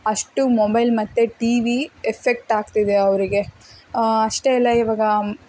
ಅಷ್ಟು ಮೊಬೈಲ್ ಮತ್ತು ಟಿವಿ ಎಫೆಕ್ಟಾಗ್ತಿದೆ ಅವರಿಗೆ ಅಷ್ಟೇ ಅಲ್ಲ ಇವಾಗ